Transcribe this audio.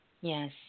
Yes